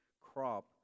crop